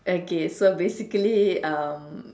okay so I basically um